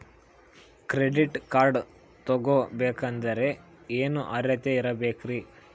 Credit card ತೊಗೋ ಬೇಕಾದರೆ ಏನು ಅರ್ಹತೆ ಇರಬೇಕ್ರಿ?